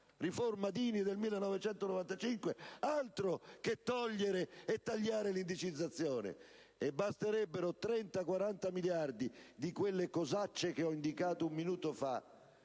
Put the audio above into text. riforma Dini del 1995, altro che eliminare o tagliare l'indicizzazione!) Basterebbero 30-40 miliardi di quelle cosacce che ho indicato un minuto fa